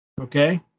Okay